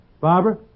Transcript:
Barbara